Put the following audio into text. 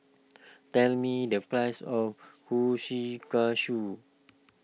tell me the price of Kushikatsu